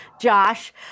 Josh